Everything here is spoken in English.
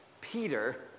Peter